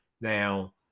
Now